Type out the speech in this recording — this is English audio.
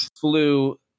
flew